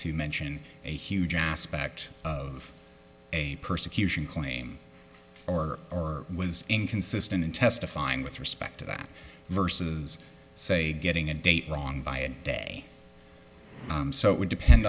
to mention a huge aspect of a persecution claim or or was inconsistent in testifying with respect to that versus say getting a date wrong by a day so it would depend